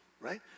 right